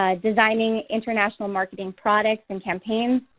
ah designing international marketing products and campaigns,